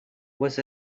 was